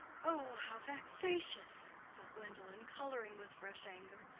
oh, how vexatious! said gwendolen, coloring with fresh anger.